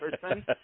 person